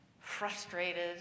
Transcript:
frustrated